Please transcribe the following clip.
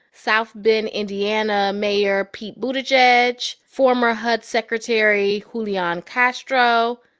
south bend, ind, yeah and mayor pete buttigieg, former hud secretary julian castro,